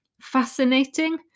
Fascinating